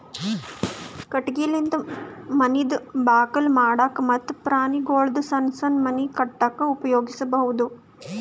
ಕಟಗಿಲಿಂದ ಮನಿದ್ ಬಾಕಲ್ ಮಾಡಕ್ಕ ಮತ್ತ್ ಪ್ರಾಣಿಗೊಳ್ದು ಸಣ್ಣ್ ಸಣ್ಣ್ ಮನಿ ಕಟ್ಟಕ್ಕ್ ಉಪಯೋಗಿಸಬಹುದು